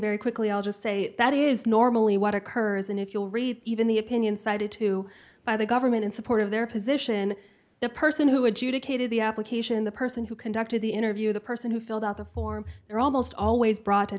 very quickly i'll just say that is normally what occurs and if you'll read even the opinion cited to by the government in support of their position the person who would you to k to the application the person who conducted the interview the person who filled out the form there almost always brought to